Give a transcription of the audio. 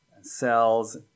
cells